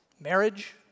Marriage